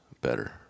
better